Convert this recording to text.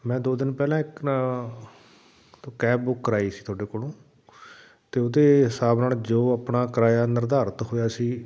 ਮੈਂ ਦੋ ਦਿਨ ਪਹਿਲਾਂ ਇੱਕ ਕੈਬ ਬੁੱਕ ਕਰਵਾਈ ਸੀ ਤੁਹਾਡੇ ਕੋਲੋਂ ਅਤੇ ਉਹਦੇ ਹਿਸਾਬ ਨਾਲ ਜੋ ਆਪਣਾ ਕਿਰਾਇਆ ਨਿਰਧਾਰਿਤ ਹੋਇਆ ਸੀ